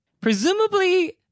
presumably